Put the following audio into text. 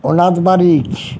অনাথ বারিজ